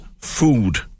food